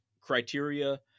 criteria